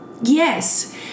Yes